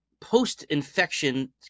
post-infection